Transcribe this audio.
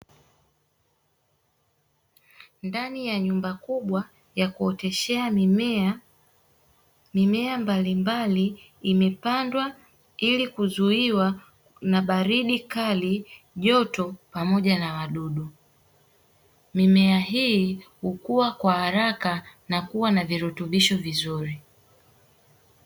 Ndani ya nyumba kubwa, ya kuoteshea mimea, mimea mbalimbali imepandwa ili kuzuiwa na baridi kali joto pamoja na wadudu, mimea hii hukua kwa haraka na kuwa na virutubisho vizuri.